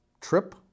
trip